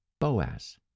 Boaz